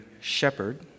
shepherd